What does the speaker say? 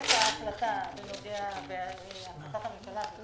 מתבטלת ההחלטה, החלטת הממשלה.